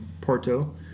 Porto